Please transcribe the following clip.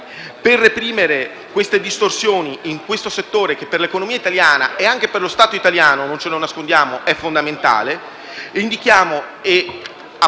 Per reprimere siffatte distorsioni in questo settore, che per l'economia italiana e anche per lo Stato italiano - non ce lo nascondiamo - è fondamentale,